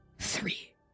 Three